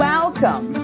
Welcome